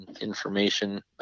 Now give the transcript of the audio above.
information